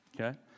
Okay